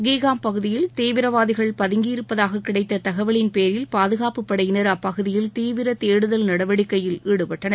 கீகாம் பகுதியில் தீவிரவாதிகள் பதுங்கியிருப்பதாக கிடைத்த தகவலின் பேரில் பாதுகாப்புப்படையினா் அப்பகுதியில் தீவிர தேடுதல் நடவடிக்கையில் ஈடுப்பட்டனர்